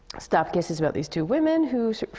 stop kiss is about these two women, who